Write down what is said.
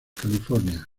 california